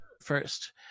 first